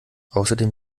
außerdem